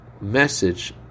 message